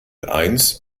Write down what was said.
eins